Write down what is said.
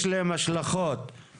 יש לי את ההחלטה כאן.